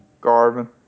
Garvin